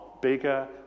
bigger